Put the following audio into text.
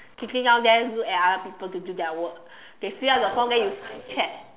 sitting down there look at other people to do their work they fill out their form then you check